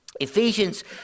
Ephesians